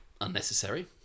Unnecessary